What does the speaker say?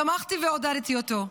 תמכתי ועודדתי אותו.